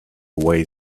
way